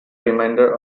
remainder